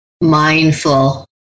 mindful